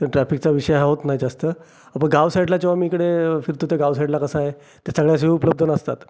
तर ट्रॅफिकचा विषय हा होत नाही जास्त पण गाव साईडला जेव्हा मी इकडं फिरतो ते गाव साईडला कसं आहे त्या सगळ्या सोयी उपलब्ध नसतात